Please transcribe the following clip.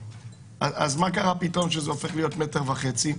אז מה קרה פתאום שזה הופך להיות מטר וחצי?